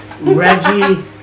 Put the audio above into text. Reggie